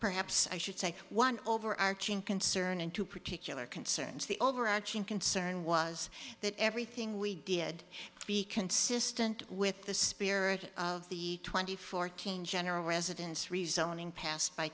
perhaps i should say one overarching concern and two particular concerns the overarching concern was that everything we did be consistent with the spirit of the twenty four king general residence rezoning passed by